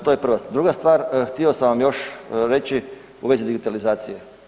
To je prva stvar, druga stvar, htio sam vam još reći u vezi digitalizacije.